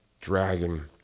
dragon